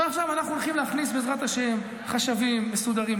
סוף-סוף אנחנו הולכים להכניס חשבים מסודרים,